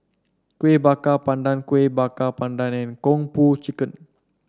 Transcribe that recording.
Kueh Bakar Pandan Kueh Bakar Pandan and Kung Po Chicken